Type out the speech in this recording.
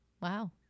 Wow